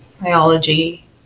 biology